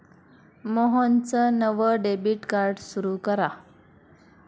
मोहनचं नवं debit card सुरू करा